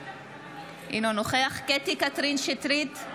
אינו נוכח קטי קטרין שטרית,